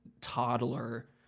toddler